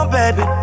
baby